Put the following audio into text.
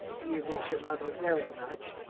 do you miss your mother very much?